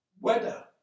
weather